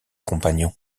compagnons